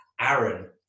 Aaron